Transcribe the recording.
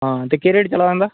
ते आं केह् रेट चला दा इंदा